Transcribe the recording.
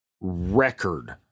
record